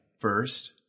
first